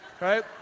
right